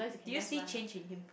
do you see change in him first